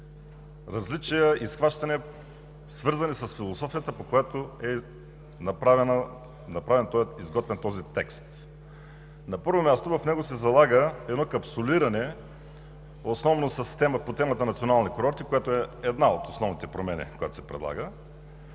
различия и схващания, свързани с философията, по която е изготвен този текст. На първо място, в него се залага едно капсулиране, основно по темата „Национални курорти“, която е една от основните предложени промени,